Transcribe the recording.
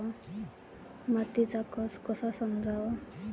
मातीचा कस कसा समजाव?